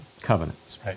covenants